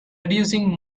reducing